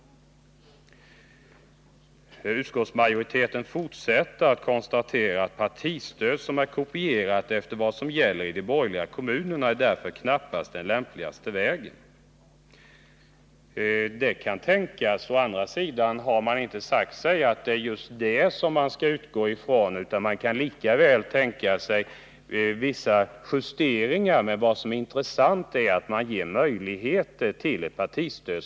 Utskottsmajoriteten fortsätter att konstatera: ”Ett partistöd som är kopierat efter vad som gäller i de borgerliga kommunerna är därför knappast den lämpligaste vägen.” Det kan tänkas. Å andra sidan har man inte sagt att det är just det man 33 mäktige att besluta om partistöd mäktige att besluta om partistöd skulle utgå ifrån, utan det kan mycket väl bli fråga om vissa justeringar. Det viktigaste är att man ger möjlighet till ett partistöd.